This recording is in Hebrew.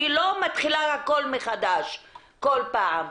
אני לא מתחילה הכול מחדש כל פעם מחדש.